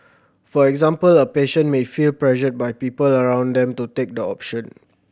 for example a patient may feel pressured by people around them to take the option